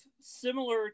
similar